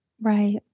Right